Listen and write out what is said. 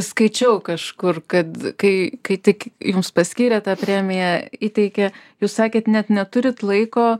skaičiau kažkur kad kai kai tik jums paskyrė tą premiją įteikė jūs sakėt net neturit laiko